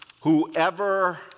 Whoever